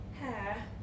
Hair